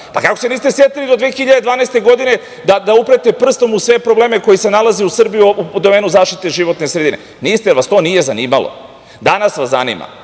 Pa, kako se niste setili do 2012. godine da upirete prstom u sve probleme koji se nalaze u Srbiji u domenu zaštite životne sredine. Niste, jer vas to nije zanimalo. Danas vas zanima